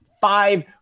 five